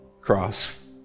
cross